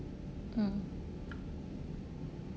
mm